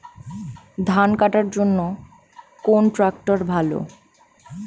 ধান কাটার জন্য কোন ট্রাক্টর ভালো?